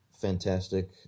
fantastic